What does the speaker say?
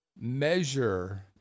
measure